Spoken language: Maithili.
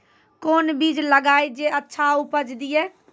कोंन बीज लगैय जे अच्छा उपज दिये?